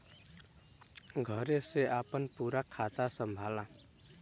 घरे से आपन पूरा खाता संभाला